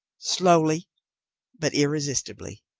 slowly but irresistibly.